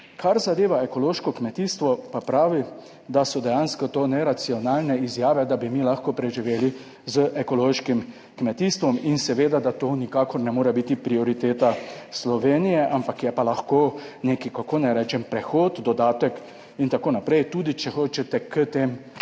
Kar zadeva ekološko kmetijstvo, pa pravi, da so dejansko to neracionalne izjave, da bi mi lahko preživeli z ekološkim kmetijstvom in seveda, da to nikakor ne more biti prioriteta Slovenije, ampak je pa lahko nek, kako naj rečem, prehod, dodatek in tako naprej, tudi, če hočete, k tem, da zaščitimo